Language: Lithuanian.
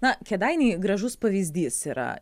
na kėdainiai gražus pavyzdys yra